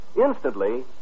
Instantly